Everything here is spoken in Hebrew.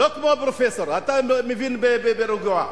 לא כמו הפרופסור, אתה מבין ברוגע.